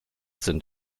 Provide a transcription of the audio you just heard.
sind